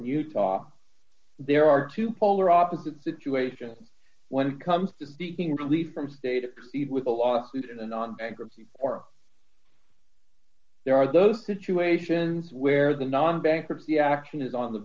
in utah there are two polar opposite situation when it comes to speaking of relief from stated with a lawsuit in a non bankruptcy or there are those situations where the non bankruptcy action is on the